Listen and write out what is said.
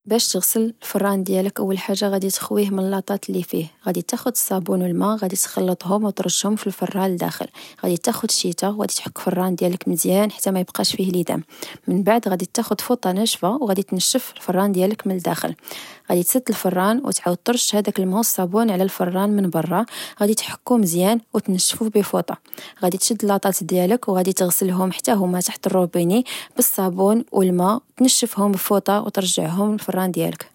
باش تغسل الفران ديالك، أوال حاجة غدي تخويه من اللاطات لي فيه، غدي تاخد الصبون والما، غدي تخلطهوم وترشهم في الفران الداخل، غدي تاخد شيتا وغدي تحك الفران ديالك مزيان حتى ميبقاش فيه لدام، من بعد غدي تاخد فوطة ناشفة وغدي تنشف الفران ديالك من الداخل، غدي تسد الفران وتعود ترش هداك الما و الصبون على الفران من برا، غدي تحكو مزيان أو تنشفو بفوطة، غدي تشد اللاطات ديالك وغدي تغسلهم حتى هما تحت الروبيني بالصبون والما، تنشفهم بفوطة وترجعهم الفران ديالك